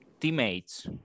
Teammates